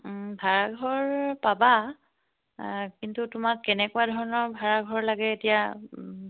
ভাড়া ঘৰ পাবা কিন্তু তোমাক কেনেকুৱা ধৰণৰ ভাড়া ঘৰ লাগে এতিয়া